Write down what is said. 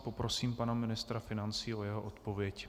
Poprosím pana ministra financí o jeho odpověď.